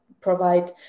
provide